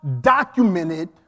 documented